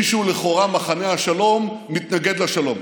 מי שהוא לכאורה מחנה השלום מתנגד לשלום,